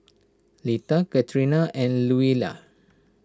Letha Katrina and Louella